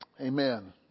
Amen